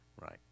right